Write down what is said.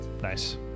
Nice